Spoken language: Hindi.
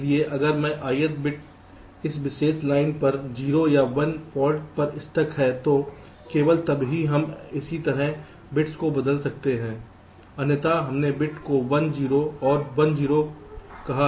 इसलिए अगर यह ith बिट इस विशेष लाइन पर 0 या 1 फाल्ट पर स्टक है तो केवल तब ही हम इसी तरह बिट्स को बदलते सकते हैं अन्यथा हमने बिट्स को 1 0 और 1 0 कहा है